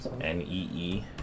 N-E-E